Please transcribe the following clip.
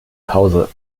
pause